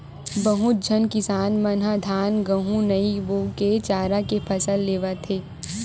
बहुत झन किसान मन ह धान, गहूँ नइ बो के चारा के फसल लेवत हे